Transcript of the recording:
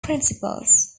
principles